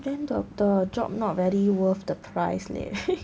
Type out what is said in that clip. then the the job not very worth the price leh